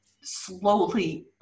slowly